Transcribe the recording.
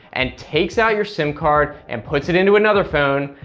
and takes out your sim card, and puts it into another phone,